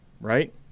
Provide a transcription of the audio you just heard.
Right